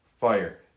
fire